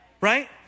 right